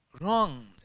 wrong